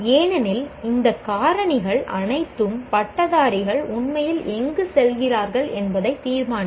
ஏனெனில் இந்த காரணிகள் அனைத்தும் பட்டதாரிகள் உண்மையில் எங்கு செல்கிறார்கள் என்பதை தீர்மானிக்கும்